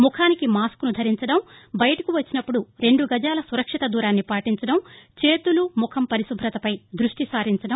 ముఖానికి మాస్కుసు ధరించడం బయటకు వచ్చినప్పుడు రెండు గజాల సురక్షిత దూరాన్ని పాటించడం చేతులు ముఖం పరిశుభతపై దృష్టి సారించడం